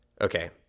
okay